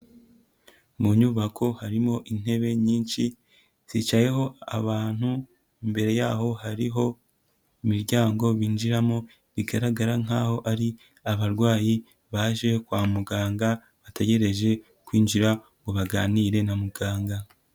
Mu nyubako harimo intebe nyinshi zicayeho abantu, imbere yaho hariho imiryango binjiramo, bigaragara nkaho ari abarwayi baje kwa muganga bategereje kwinjira ngo baganire na muganga.